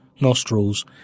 nostrils